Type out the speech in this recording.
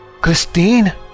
Christine